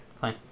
Fine